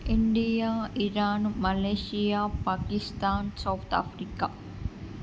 India Iran Malaysia Pakistan South Africa